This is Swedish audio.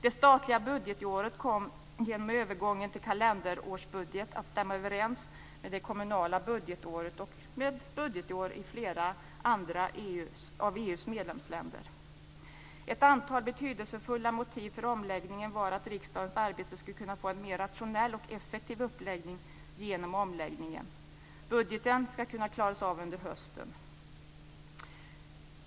Det statliga budgetåret kom genom övergången till kalenderårsbudget att stämma överens med det kommunala budgetåret och med budgetåret i flera andra av EU:s medlemsländer. Ett antal betydelsefulla motiv för omläggningen var att riksdagens arbete skulle kunna få en mer rationell och effektiv uppläggning genom omläggningen. Budgeten ska kunna klaras av under hösten.